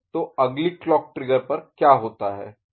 तो अगली clock trigger पर क्या होता है